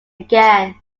again